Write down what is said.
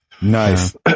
Nice